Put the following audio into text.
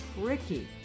tricky